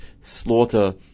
slaughter